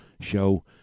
show